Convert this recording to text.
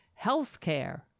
healthcare